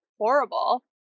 horrible